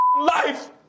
life